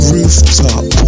Rooftop